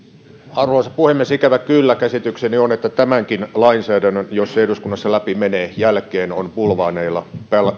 arvoisa puhemies ikävä kyllä käsitykseni on että tämänkin lainsäädännön jälkeen jos se eduskunnassa läpi menee on bulvaaneilla